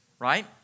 right